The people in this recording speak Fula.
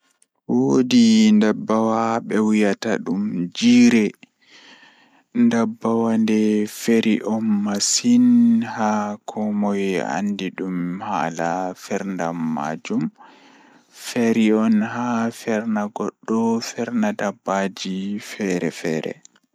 Fota waawaa njiddaade caɗeele ngam njillataa nder dow furniture ngal. Njidi ndiyam e siki ngam sabu fiyaangu e ɗe jooɗi. Fowrude ko kaŋko, njillataa waɗi waɗde no njiddaade ndiyam ngal.